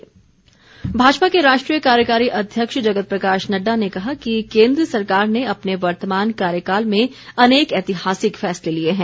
समारोह नड्डा भाजपा के राष्ट्रीय कार्यकारी अध्यक्ष जगत प्रकाश नड्डा ने कहा कि केन्द्र सरकार ने अपने वर्तमान कार्यकाल में अनेक ऐतिहासिक फैसले लिए हैं